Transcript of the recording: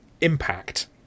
impact